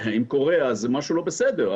אם קורה אז משהו לא בסדר.